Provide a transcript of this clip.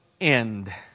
end